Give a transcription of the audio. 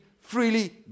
freely